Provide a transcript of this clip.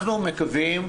אנחנו מקווים,